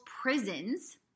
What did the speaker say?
prisons